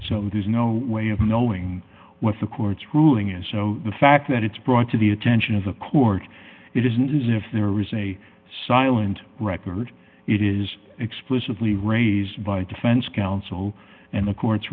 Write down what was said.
so there's no way of knowing what the court's ruling is so the fact that it's brought to the attention of the court it isn't as if there is a silent record it is explicitly raised by defense counsel and the court